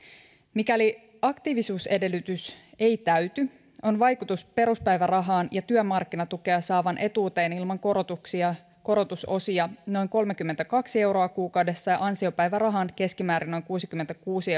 mikäli aktiivisuusedellytys ei täyty on vaikutus peruspäivärahaan ja työmarkkinatukea saavan etuuteen ilman korotusosia noin kolmekymmentäkaksi euroa kuukaudessa ja ansiopäivärahaan keskimäärin noin kuusikymmentäkuusi